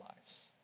lives